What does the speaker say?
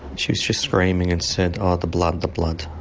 she was just screaming and said oh, the blood, the blood.